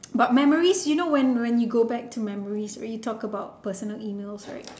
but memories you know when when you go back to memories when you talk about personal emails right